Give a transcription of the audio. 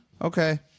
Okay